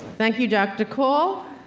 thank you, dr. call,